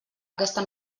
aquesta